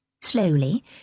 Slowly